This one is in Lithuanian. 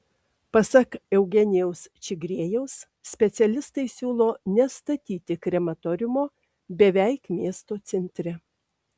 pasak eugenijaus čigriejaus specialistai siūlo nestatyti krematoriumo beveik miesto centre